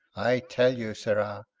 i tell you, sirrah,